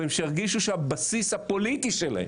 וכשהם ירגישו שהבסיס הפוליטי שלהם,